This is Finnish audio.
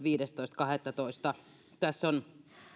viidestoista kahdettatoista kaksituhattakahdeksantoista tässä on